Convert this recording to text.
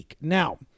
Now